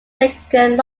second